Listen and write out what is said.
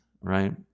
Right